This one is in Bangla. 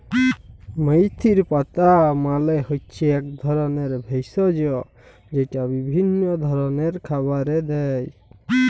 মেথির পাতা মালে হচ্যে এক ধরলের ভেষজ যেইটা বিভিল্য খাবারে দেয়